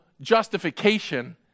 justification